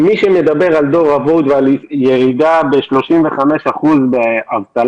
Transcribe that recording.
מי שמדבר על דור אבוד ועל ירידה ב-35% באבטלה,